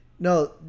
No